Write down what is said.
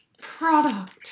Product